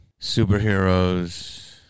Superheroes